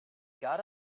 got